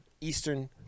Eastern